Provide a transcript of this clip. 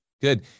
Good